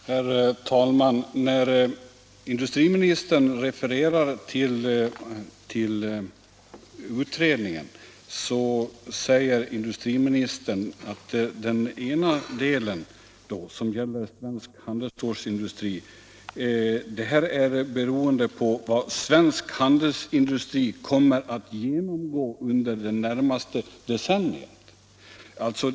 Herr talman! Industriministern refererar till utredningen och säger att — Om åtgärder för att den ena delen, som gäller svensk handelsstålindustri, är beroende av säkra sysselsättvilken utveckling denna industri kommer att genomgå under det när = ningen inom maste decenniet.